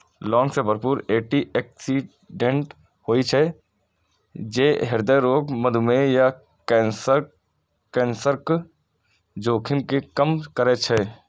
लौंग मे भरपूर एटी ऑक्सिडेंट होइ छै, जे हृदय रोग, मधुमेह आ कैंसरक जोखिम कें कम करै छै